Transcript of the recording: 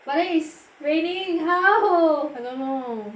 but then is raining how I don't know